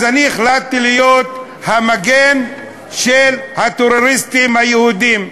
אז אני החלטתי להיות המגן של הטרוריסטים היהודים.